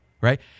right